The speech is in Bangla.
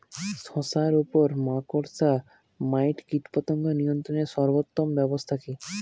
শশার উপর মাকড়সা মাইট কীটপতঙ্গ নিয়ন্ত্রণের সর্বোত্তম ব্যবস্থা কি?